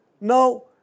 No